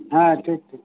ᱦᱮᱸ ᱴᱷᱤᱠ ᱴᱷᱤᱠ